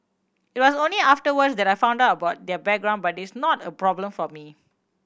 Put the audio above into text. it was only afterwards that I found out about their background but it's not a problem for me